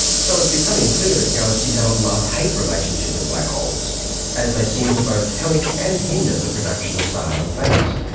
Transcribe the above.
so it's becoming clear that galaxies have a love-hate relationship with black holes as they seem to both help and hinder the production of stars and planets.